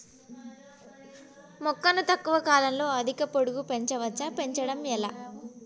మొక్కను తక్కువ కాలంలో అధిక పొడుగు పెంచవచ్చా పెంచడం ఎలా?